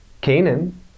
Canaan